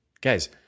Guys